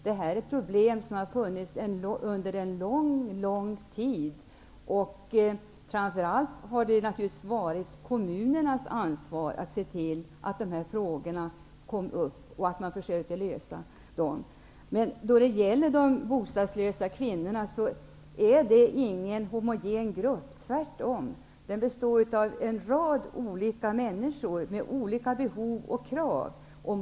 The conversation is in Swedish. Det här är problem som har funnits under en lång, lång tid. Det har naturligtvis framför allt varit kommunernas ansvar att se till att de här frågorna togs upp och att man försökte lösa dem. De bostadslösa kvinnorna utgör ingen homogen grupp. Tvärtom består den av en rad olika människor med olika behov och krav.